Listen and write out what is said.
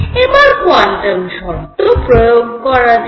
এবার কোয়ান্টাম শর্ত প্রয়োগ করা যাক